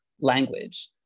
language